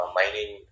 mining